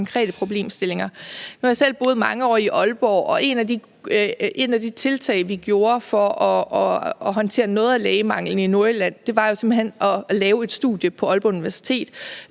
konkrete problemstilling. Nu har jeg selv boet mange år i Aalborg, og et af de tiltag, vi tog for at håndtere noget af lægemanglen i Nordjylland, var simpelt hen at lave et studie på Aalborg Universitet.